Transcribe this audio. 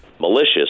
malicious